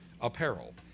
apparel